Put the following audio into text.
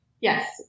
Yes